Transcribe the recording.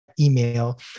email